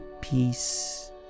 peace